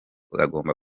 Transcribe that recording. agomba